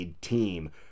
team